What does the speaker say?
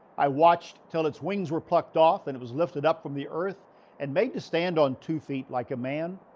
i watched till its wings were plucked off and it was lifted up from the earth and made to stand on two feet like a man,